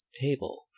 table